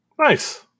Nice